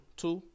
two